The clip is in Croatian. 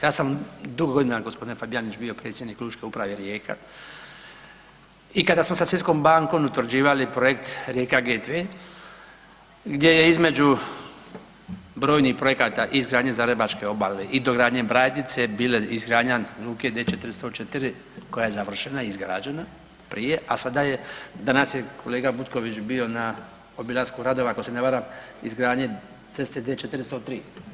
Ja sam dugo godina gospodine Fabijanić, bio predsjednik Lučke Uprave Rijeka i kada smo sa Svjetskom bankom utvrđivali projekt Rijeka … [[govornik se ne razumije]] gdje je između brojnih projekata i izgradnje Zalebačke obale i dogradnje Brajdice bile izgradnja luke D404 koja je završena, izgrađena, prije, a sada je, danas je kolega Butković bio na obilasku radova, ako se ne varam, izgradnje ceste D403.